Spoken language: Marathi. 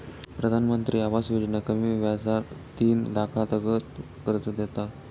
प्रधानमंत्री आवास योजना कमी व्याजार तीन लाखातागत कर्ज देता